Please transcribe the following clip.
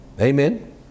Amen